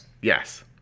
Yes